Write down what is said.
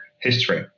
history